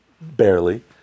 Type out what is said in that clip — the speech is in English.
barely